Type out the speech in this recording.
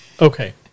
Okay